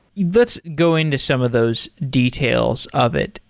let's go in to some of those details of it.